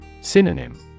Synonym